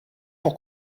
pour